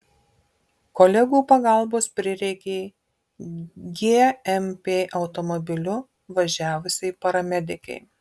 kolegų pagalbos prireikė gmp automobiliu važiavusiai paramedikei